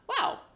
wow